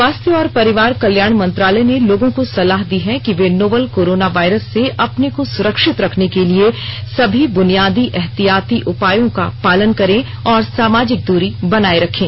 स्वास्थ्य और परिवार कल्याण मंत्रालय ने लोगों को सलाह दी है कि वे नोवल कोरोना वायरस से अपने को सुरक्षित रखने के लिए सभी बुनियादी एहतियाती उपायों का पालन करें और सामाजिक दूरी बनाए रखें